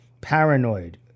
paranoid